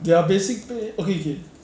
their basic pay okay okay